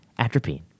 Atropine